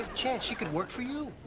chan. she could work for you.